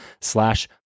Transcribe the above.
slash